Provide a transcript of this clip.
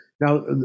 Now